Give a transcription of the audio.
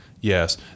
Yes